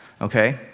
okay